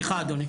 סליחה, אדוני.